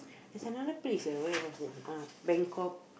there's another place ah where was that ah Bangkok